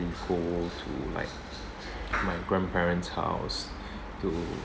go to like my grandparents house to